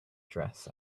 dress